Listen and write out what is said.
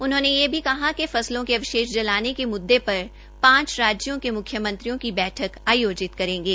उन्होंने यह भी कहा कि फसलों के अवशेष जलाने के मुददे पर पांच राज्यों के मुख्यमंत्रियों की बैठक आयोजित करेंगे